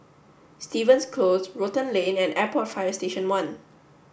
Stevens Close Rotan Lane and Airport Fire Station one